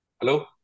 Hello